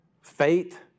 faith